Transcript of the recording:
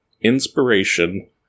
inspiration